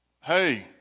hey